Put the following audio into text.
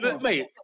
Mate